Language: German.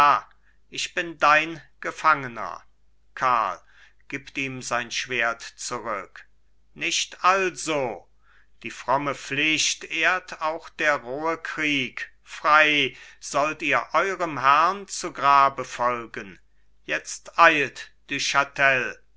ich bin dein gefangener karl gibt ihm sein schwert zurück nicht also die fromme pflicht ehrt auch der rohe krieg frei sollt ihr eurem herrn zu grabe folgen jetzt eilt du chatel